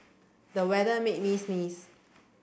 the weather made me sneeze